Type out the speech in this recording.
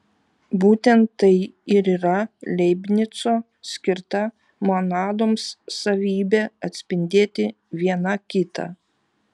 būtent tai ir yra leibnico skirta monadoms savybė atspindėti viena kitą